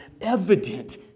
evident